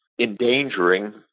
endangering